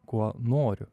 kuo noriu